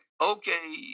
okay